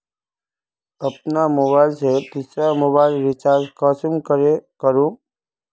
अपना मोबाईल से दुसरा मोबाईल रिचार्ज कुंसम करे करूम?